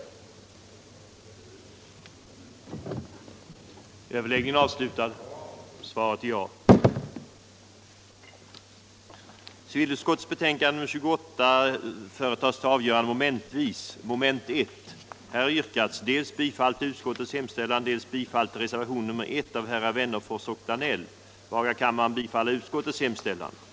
den det ej vill röstar nej. frågor den det ej vill röstar nej.